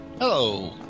Hello